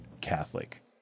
Catholic